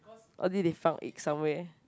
or did they found egg somewhere